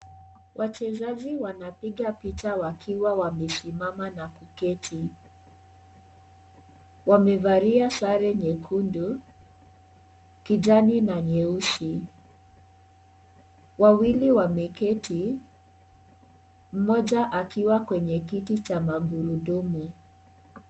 Wachezaji wanapiga picha wakiwa wamesimama na kuketi. Wamevalia sare nyekundu, kijani na nyeusi. Wawili wameketi moja akiwa kwenye kiti cha magurudumu.